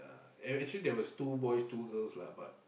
yeah act~ actually there was two boys two girls lah but